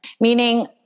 Meaning